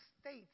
states